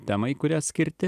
temai kurie skirti